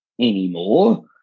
anymore